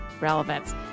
relevance